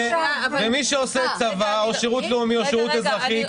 מי שעושה צבא או שירות לאומי או שירות אזרחי,